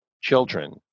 children